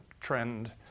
trend